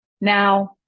now